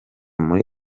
muri